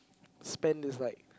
spent is like